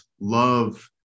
love